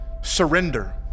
surrender